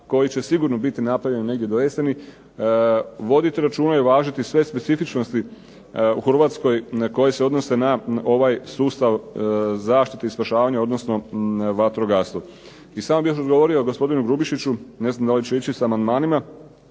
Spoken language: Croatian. koji će sigurno biti donesen do jeseni voditi računa i uvažiti sve specifičnosti u Hrvatskoj koje se odnose na ovaj sustav zaštite i spašavanja odnosno na vatrogastvo. I samo bih još odgovorio gospodinu Grubišiću, ne znam da li će ići sa amandmanima.